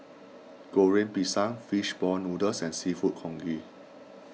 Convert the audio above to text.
Goreng Pisang Fish Ball Noodles and Seafood Congee